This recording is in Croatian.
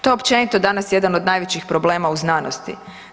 To općenito danas jedan od najvećih problema u znanosti.